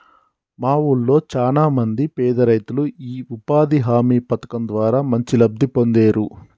మా వూళ్ళో చానా మంది పేదరైతులు యీ ఉపాధి హామీ పథకం ద్వారా మంచి లబ్ధి పొందేరు